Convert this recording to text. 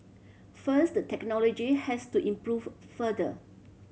first the technology has to improve further